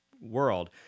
world